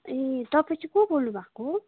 ए तपाईँ चाहिँ को बोल्नु भएको